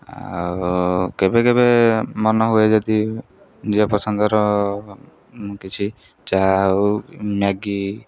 ଆଉ କେବେ କେବେ ମନ ହୁଏ ଯଦି ନିଜ ପସନ୍ଦର କିଛି ଚା' ହଉ ମ୍ୟାଗି